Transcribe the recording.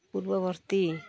ପୂର୍ବବର୍ତ୍ତୀ